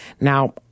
Now